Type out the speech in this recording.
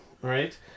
Right